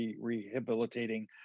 rehabilitating